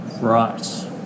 right